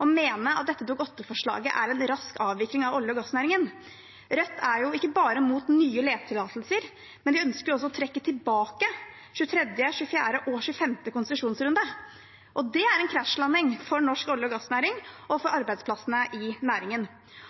å mene at dette Dokument 8-forslaget er en rask avvikling av olje- og gassnæringen. Rødt er jo ikke bare imot nye letetillatelser; de ønsker også å trekke tilbake 23., 24. og 25. konsesjonsrunde. Det er en krasjlanding for norsk olje- og gassnæring og arbeidsplassene i næringen.